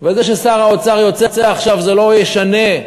וזה ששר האוצר יוצא עכשיו זה לא ישנה,